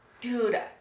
Dude